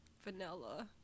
vanilla